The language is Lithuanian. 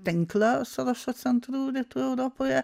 tinkle sorošo centrų rytų europoje